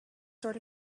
sort